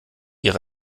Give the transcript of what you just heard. ihre